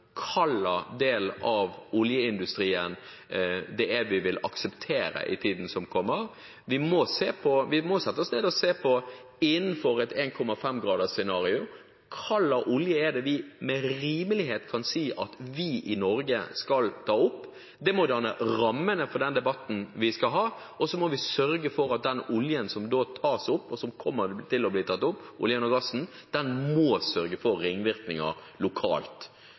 hvilken del av oljeindustrien vi vil akseptere i tiden som kommer. Vi må sette oss ned og se på følgende: Innenfor et 1,5 graders scenario – hvilken olje kan vi med rimelighet si at vi i Norge skal ta opp? Det må danne rammene for den debatten vi skal ha. Og så må vi sørge at den oljen og gassen som tas opp, og som kommer til å bli tatt opp, gir ringvirkninger lokalt. Det mener jeg må